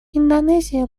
индонезия